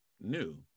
new